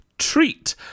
treat